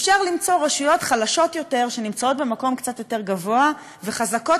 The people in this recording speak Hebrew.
אפשר למצוא רשויות חלשות יותר שנמצאות במקום קצת יותר גבוה וחזקות